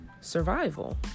survival